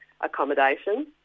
accommodation